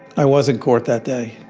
i was in court that day.